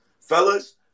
Fellas